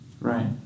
Right